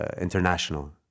international